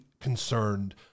concerned